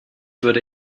würde